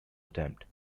attempt